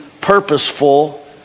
purposeful